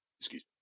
Excuse